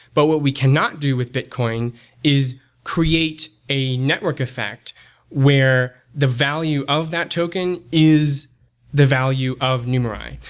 but what we cannot do with bitcoin is create a network effect where the value of that token is the value of numerai.